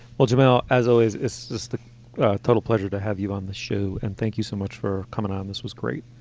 well, jamal, as always, it's just the total pleasure to have you on the show. and thank you so much for coming on. this was great